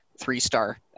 three-star